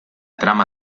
trama